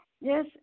Yes